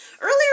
Earlier